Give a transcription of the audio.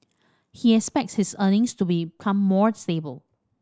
he expects his earnings to become more stable